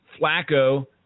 Flacco